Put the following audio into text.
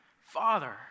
Father